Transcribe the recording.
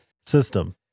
system